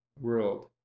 world